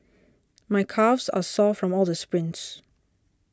my calves are sore from all the sprints